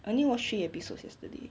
I only watch three episodes yesterday